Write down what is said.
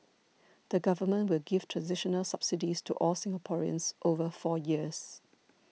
the Government will give transitional subsidies to all Singaporeans over four years